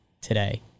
today